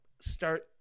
start